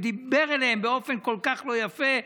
הוא דיבר אליהם באופן כל כך לא יפה.